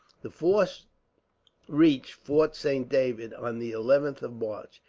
the force reached fort saint david on the eleventh of march.